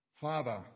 Father